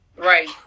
Right